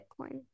Bitcoin